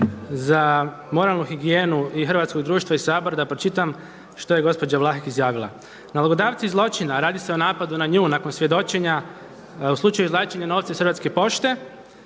za moralnu higijenu i hrvatskog društva i Sabora da pročitam što je gospođa Vlahek izjavila „Nalogodavci zločina, a radi se o napadu na nju nakon svjedočenja u slučaju izvlačenja novaca iz Hrvatske pošte,